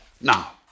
Now